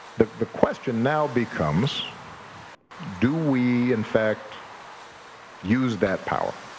the the question now becomes do we in fact use that power?